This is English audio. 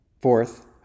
Fourth